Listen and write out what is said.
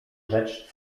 rzecz